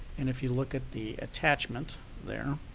and if you look at the attachment there,